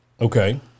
Okay